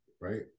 Right